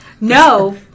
No